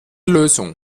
lösung